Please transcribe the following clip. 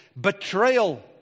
betrayal